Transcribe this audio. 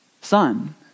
Son